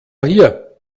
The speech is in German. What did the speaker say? hier